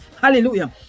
Hallelujah